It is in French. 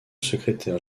secrétaire